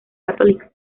católica